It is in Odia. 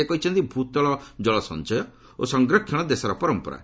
ସେ କହିଛନ୍ତି ଭୂତଳ ଜଳ ସଞ୍ଚୟ ଓ ସଂରକ୍ଷଣ ଦେଶର ପରମ୍ପରା